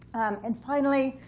and finally,